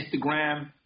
Instagram